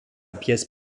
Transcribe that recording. pièce